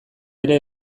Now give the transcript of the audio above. ere